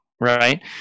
Right